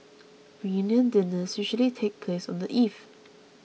reunion dinners usually take place on the eve